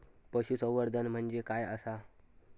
पशुसंवर्धन म्हणजे काय आसा?